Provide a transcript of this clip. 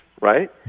right